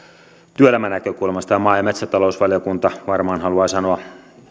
työelämänäkökulmasta ja maa ja metsätalousvaliokunta varmaan haluaa sanoa